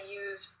use